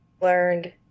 learned